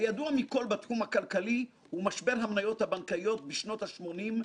הידוע מכול בתחום הכלכלי הוא משבר המניות הבנקאיות בשנות ה-80,